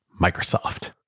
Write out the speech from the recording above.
Microsoft